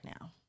now